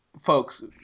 Folks